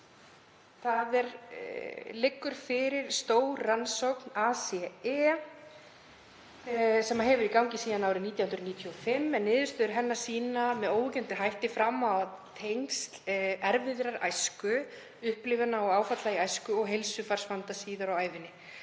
Fyrir liggur stór rannsókn ACE sem hefur verið í gangi síðan 1995 en niðurstöður hennar sýna með óyggjandi hætti fram á tengsl erfiðrar æsku, upplifana og áfalla í æsku, og heilsufarsvanda síðar á ævinni.